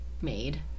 made